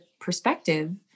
perspective